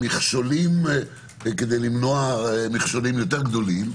מכשולים כדי למנוע מכשולים יותר גדולים,